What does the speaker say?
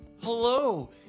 Hello